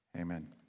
Amen